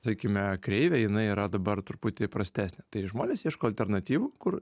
tarkime kreivė jinai yra dabar truputį prastesnė tai žmonės ieško alternatyvų kur